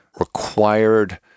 required